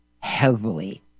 heavily